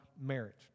marriage